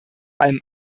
allem